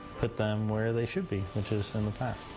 put them where they should be which is in the past.